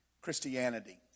Christianity